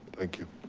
thank you.